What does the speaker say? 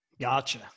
gotcha